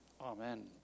Amen